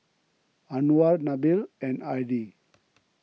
Anuar Nabil and Adi